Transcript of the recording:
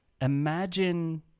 imagine